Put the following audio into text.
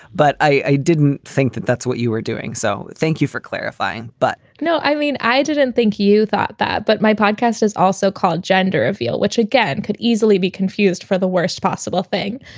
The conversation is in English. but i didn't think that that's what you were doing. so thank you for clarifying but no, i mean, i didn't think you thought that. but my podcast is also called gender aveo, which again could easily be confused for the worst possible thing.